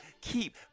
keep